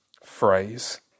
phrase